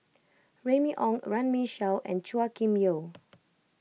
Remy Ong Runme Shaw and Chua Kim Yeow